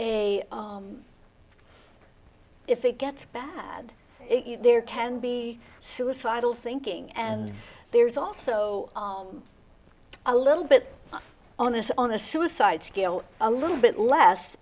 a if it gets bad there can be suicidal thinking and there's also a little bit on this on the suicide scale a little bit less